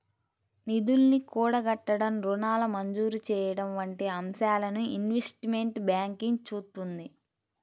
నిధుల్ని కూడగట్టడం, రుణాల మంజూరు చెయ్యడం వంటి అంశాలను ఇన్వెస్ట్మెంట్ బ్యాంకింగ్ చూత్తుంది